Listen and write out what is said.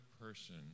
person